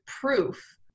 proof